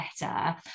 better